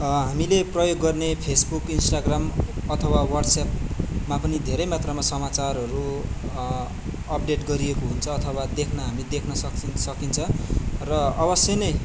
हामीले प्रयोग गर्ने फेसबुक इन्स्टाग्राम अथवा वाट्सएपमा पनि धेरै मात्रामा समाचारहरू अपडेट गरिएको हुन्छ अथवा देख्न हामी देख्न सकिन्छ र अवश्य नै